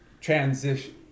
transition